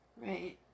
Right